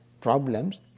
problems